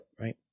Right